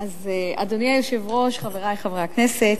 אדוני היושב-ראש, חברי חברי הכנסת,